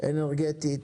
אנרגטית